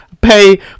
Pay